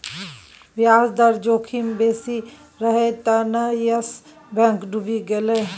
ब्याज दर जोखिम बेसी रहय तें न यस बैंक डुबि गेलै